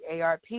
ARP